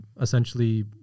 essentially